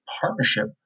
partnership